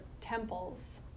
temples